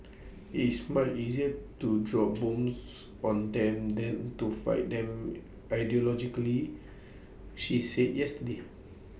it's might easier to drop bombs on them than to fight them ideologically she said yesterday